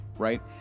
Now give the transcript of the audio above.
right